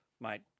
mate